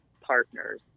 partners